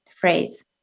phrase